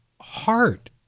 heart